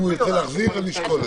אם ירצו להחזיר, נשקול.